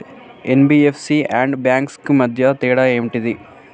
NBFC and banks కు మధ్య తేడా ఏంటిది?